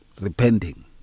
Repenting